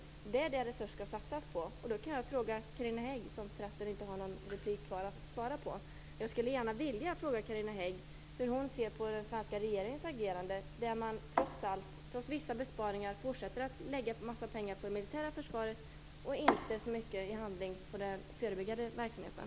Det är detta som resurserna skall satsas på. Jag skulle då gärna vilja fråga Carina Hägg - trots att hon inte har flera repliker kvar - hur hon ser på den svenska regeringens agerande. Trots vissa besparingar fortsätter man att lägga en massa pengar på det militära försvaret och inte så mycket på den förebyggande verksamheten.